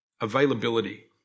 availability